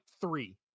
three